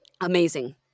amazing